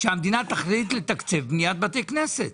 שהמדינה תחליט לתקצב בתי כנסת.